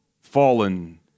fallen